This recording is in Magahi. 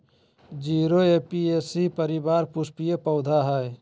जीरा ऍपियेशी परिवार पुष्पीय पौधा हइ